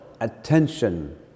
attention